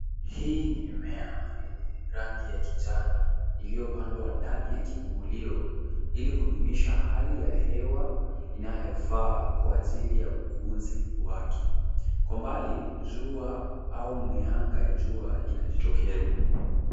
Hii ni mimea yenye rangi ya kijani iliyopandwa ndani ya kifungilio ili kudumisha hali ya hewa inayofaa kwa ajili ya ukuzi wake. Kwa mbali jua au mianga ya jua inajitokeza.